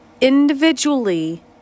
individually